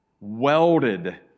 Welded